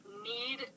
need